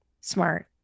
smart